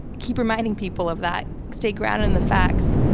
keep reminding people of that. stay grounded in the facts.